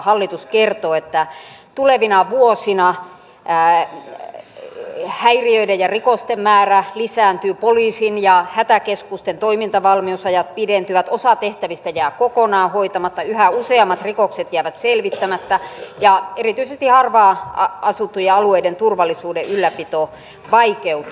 hallitus kertoo että tulevina vuosina häiriöiden ja rikosten määrä lisääntyy poliisin ja hätäkeskusten toimintavalmiusajat pidentyvät osa tehtävistä jää kokonaan hoitamatta yhä useammat rikokset jäävät selvittämättä ja erityisesti harvaan asuttujen alueiden turvallisuuden ylläpito vaikeutuu